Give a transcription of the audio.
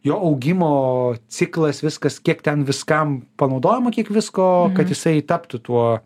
jo augimo ciklas viskas kiek ten viskam panaudojama kiek visko kad jisai taptų tuo